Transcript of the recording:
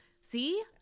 See